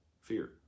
fear